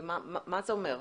מה זה אומר בפועל?